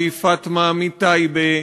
והיא פאטמה מטייבה,